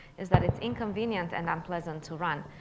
is that it's inconvenient and unpleasant to run.